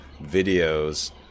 videos